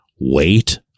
wait